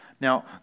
Now